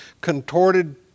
contorted